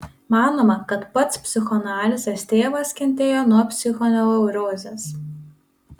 manoma kad pats psichoanalizės tėvas kentėjo nuo psichoneurozės